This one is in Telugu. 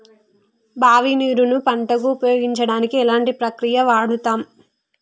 బావి నీరు ను పంట కు ఉపయోగించడానికి ఎలాంటి ప్రక్రియ వాడుతం?